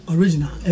Original